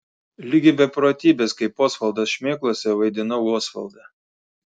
ligi beprotybės kaip osvaldas šmėklose vaidinau osvaldą